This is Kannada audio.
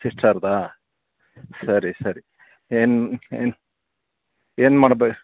ಸಿಸ್ಟರ್ದಾ ಸರಿ ಸರಿ ಏನು ಮಾಡ್ತ